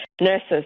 nurses